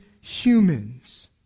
humans